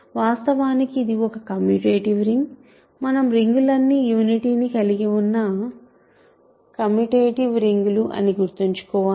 వాస్తవానికి ఇది ఒక కమ్యూటేటివ్ రింగ్ మన రింగులన్నీ యూనిటీ ని కలిగిన కమ్యూటేటివ్ రింగ్ లు అని గుర్తుంచుకోవాలి